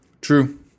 True